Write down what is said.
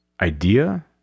idea